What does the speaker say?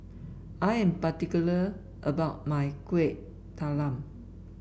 I am particular about my Kueh Talam